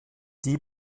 die